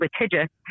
litigious